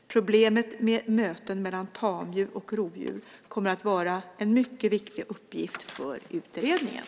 Problemet med möten mellan tamdjur och rovdjur kommer att vara en mycket viktig uppgift för utredningen.